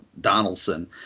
Donaldson